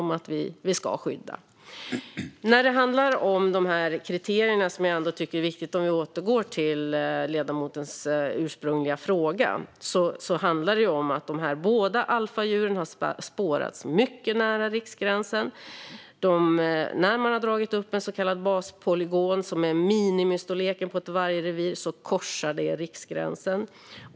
Om vi återgår till ledamotens ursprungliga fråga och de kriterier som jag tycker är viktiga handlar det om att båda dessa alfadjur har spårats mycket nära riksgränsen. När man har dragit upp en så kallad baspolygon, som är minimistorleken på ett vargrevir, korsar det riksgränsen.